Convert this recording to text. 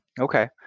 Okay